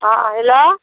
हाँ हैलो